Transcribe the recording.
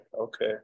Okay